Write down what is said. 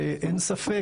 שאין ספק,